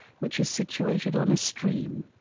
which is situated on a stream,